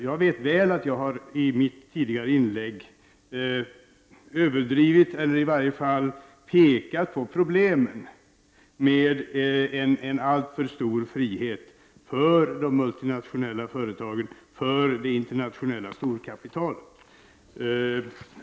Jag vet väl att jag i mitt tidigare inlägg har överdrivit eller i varje fall pekat på problemen med en alltför stor frihet för de multinationella företagen och det internationella storkapitalet.